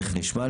תכף נשמע.